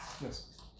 Yes